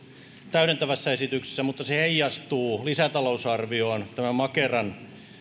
täydentävässä esityksessä mutta se heijastuu lisätalousarvioon tämän makeran